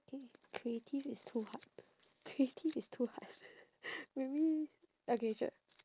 think creative is too hard creative is too hard maybe okay sure